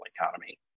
economy